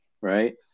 right